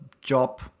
job